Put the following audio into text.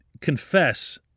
confess